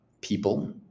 people